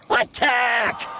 Attack